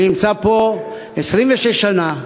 אני נמצא פה 26 שנה,